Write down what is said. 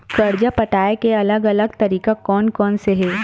कर्जा पटाये के अलग अलग तरीका कोन कोन से हे?